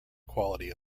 quality